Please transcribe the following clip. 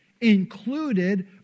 included